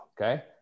okay